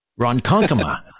Ronkonkoma